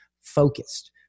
focused